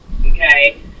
Okay